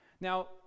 Now